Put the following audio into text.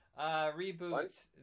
Reboot